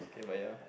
K but ya